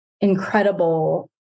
incredible